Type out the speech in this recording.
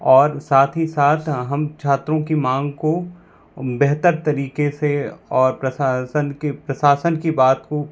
और साथ ही साथ हम छात्रों की मांग को बेहतर तरीके से और प्रशासन के प्रशासन की बात को